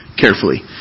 carefully